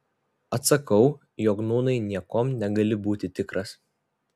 atsakau jog nūnai niekuom negali būti tikras